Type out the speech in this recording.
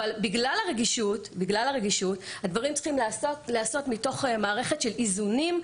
אבל בגלל הרגישות הדברים צריכים להיעשות מתוך מערכת עדינה של איזונים: